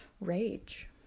rage